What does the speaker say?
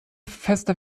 fester